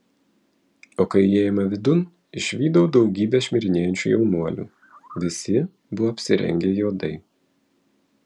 o kai įėjome vidun išvydau daugybę šmirinėjančių jaunuolių visi buvo apsirengę juodai